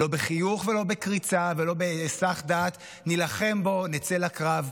לא בחיוך ולא בקריצה ולא בהיסח דעת: נילחם בו או נצא לקרב.